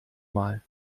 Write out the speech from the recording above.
mal